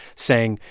saying,